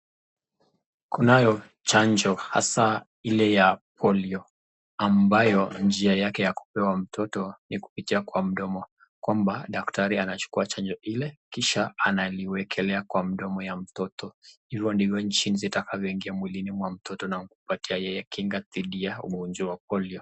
Kunayo chanjo asa Ile ya Polio ambayo njia yake ya kupewa mtoto ni kupitia kwa mdomo. Kwamba daktari anachukua chanjo Hile Kisha analiwekelea kwa mdomo ya mtoto. Hivo ndivyo jinsi litakavyo ingia mwilini mwa mtoto na kumpatia yeye kinga dhidi ya ugonjwa wa Polio .